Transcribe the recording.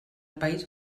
país